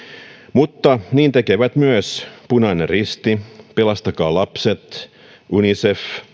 mutta niin tekevät myös punainen risti pelastakaa lapset unicef